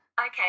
Okay